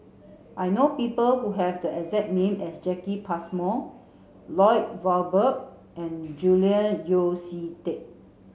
I know people who have the exact name as Jacki Passmore Lloyd Valberg and Julian Yeo See Teck